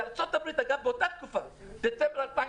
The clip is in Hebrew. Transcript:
בארצות הברית באותה תקופה, דצמבר 2019,